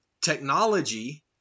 technology